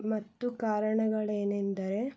ಮತ್ತು ಕಾರಣಗಳೇನೆಂದರೆ